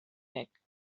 back